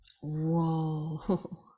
whoa